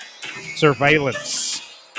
surveillance